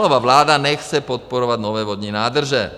Fialova vláda nechce podporovat nové vodní nádrže.